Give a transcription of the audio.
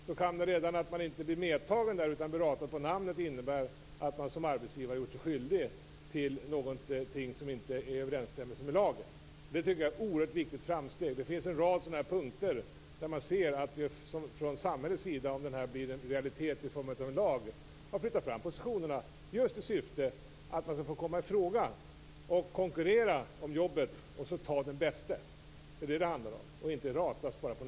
Om en sökande ratas på grund av sitt namn har arbetsgivaren gjort sig skyldig till något som inte är i överensstämmelse med lagen. Det tycker jag är ett oerhört viktigt framsteg. Om förslaget blir en realitet - om det blir en lag - flyttar samhället fram positionerna på en rad punkter. Syftet är att alla skall få konkurrera om ett jobb och att den bäste skall få det. Det är det som det handlar om.